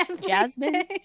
Jasmine